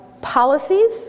policies